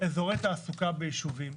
אזורי תעסוקה ביישובים